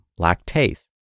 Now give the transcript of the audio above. lactase